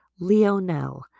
Leonel